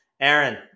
Aaron